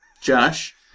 Josh